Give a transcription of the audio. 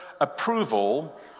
approval